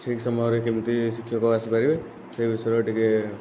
ଠିକ୍ ସମୟରେ କେମିତି ଶିକ୍ଷକ ଆସିପାରିବେ ସେ ବିଷୟରେ ଟିକିଏ